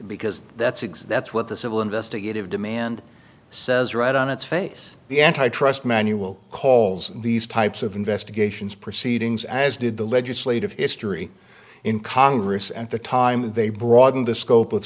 because that's igs that's what the civil investigative demand says right on its face the antitrust manual calls these types of investigations proceedings as did the legislative history in congress at the time they broaden the scope of